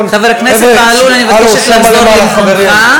ואני רוצה להגיד משפט אחרון,